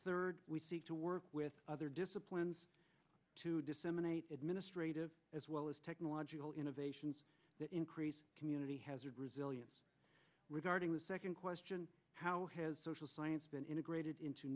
third we seek to work with other disciplines to disseminate administrative as well as technological innovations that increase community has a resilience regarding the second question how has social science been integrated into